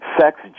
sex